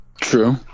true